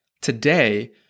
Today